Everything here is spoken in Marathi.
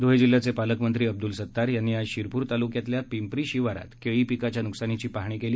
धुळे जिल्ह्याचे पालकमंत्री अब्दुल सत्तार यांनी आज शिरपूर तालुक्यातल्या पिंप्री शिवारात केळी पिकाच्या नुकसानीची पाहणी केली